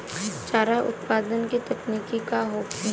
चारा उत्पादन के तकनीक का होखे?